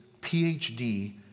PhD